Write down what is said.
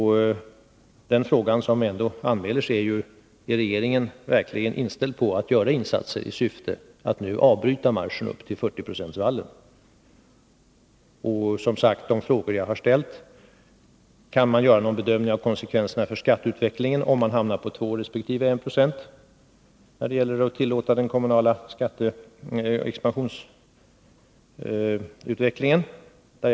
Vi har alltså nu passerat 30-procentsvallen, och då anmäler sig frågan: Är regeringen verkligen inställd på att göra insatser i syfte att nu avbryta marschen upp till 40-procentsvallen? Jag har alltså ställt följande frågor: Kan man göra någon bedömning av konsekvenserna för skatteutvecklingen av ett tillåtande av en kommunal skatteexpansion på 1 26 resp. av en motsvarande expansion på 2 96?